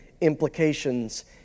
implications